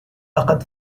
لقد